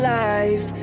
life